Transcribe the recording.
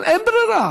אבל אין ברירה,